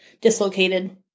dislocated